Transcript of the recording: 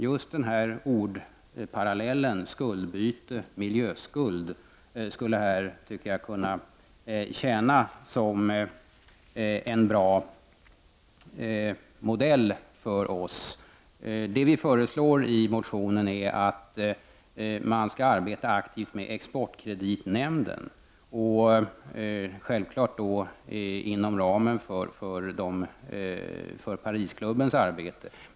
Just ordparallellen skuldbyte--miljöskuld skulle här kunna tjäna som en bra modell för oss. Det vi föreslår i motionen är att man skall arbeta aktivt med exportkreditnämnden, och självfallet skall det ske inom ramen för Parisklubbens arbete.